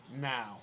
now